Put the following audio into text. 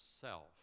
self